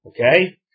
Okay